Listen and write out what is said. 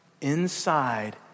inside